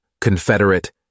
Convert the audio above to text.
confederate